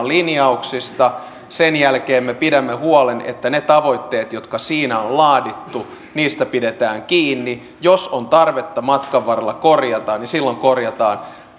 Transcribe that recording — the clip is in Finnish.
linjauksista sen jälkeen me pidämme huolen että niistä tavoitteista jotka siinä on laadittu pidetään kiinni jos on tarvetta matkan varrella korjata niin silloin korjataan